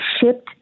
shipped